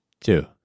Two